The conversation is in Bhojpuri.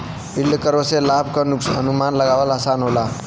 यील्ड कर्व से लाभ क अनुमान लगाना आसान हो जाला